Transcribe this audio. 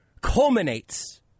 culminates